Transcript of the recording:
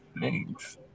Thanks